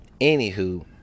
Anywho